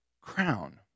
crown